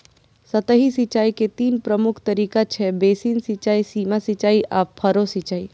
सतही सिंचाइ के तीन प्रमुख तरीका छै, बेसिन सिंचाइ, सीमा सिंचाइ आ फरो सिंचाइ